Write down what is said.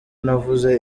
navuze